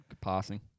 passing